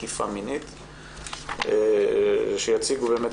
לנפגעות ולנפגעי תקיפה מינית בנושא: "צל מגפה: